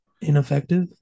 Ineffective